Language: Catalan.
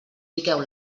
piqueu